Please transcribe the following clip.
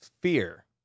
fear